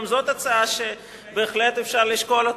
גם זאת הצעה שבהחלט אפשר לשקול אותה.